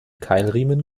keilriemen